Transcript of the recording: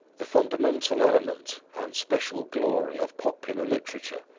the fundamental element and special glory of popular literature.